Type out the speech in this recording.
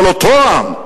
של אותו עם?